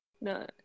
No